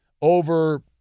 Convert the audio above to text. over